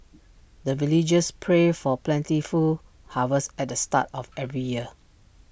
the villagers pray for plentiful harvest at the start of every year